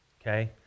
okay